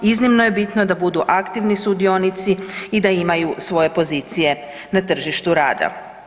Iznimno je bitno da budu aktivni sudionici i da imaju svoje pozicije na tržištu rada.